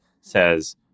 says